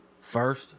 First